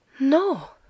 no